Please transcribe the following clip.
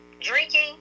Drinking